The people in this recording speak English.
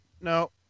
No